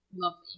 lovely